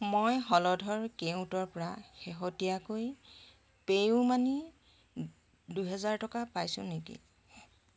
মই হলধৰ কেওটৰ পৰা শেহতীয়াকৈ পেইউ মানি দুহেজাৰ টকা পাইছো নেকি